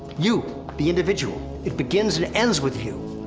you, the individual, it begins and ends with you!